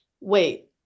wait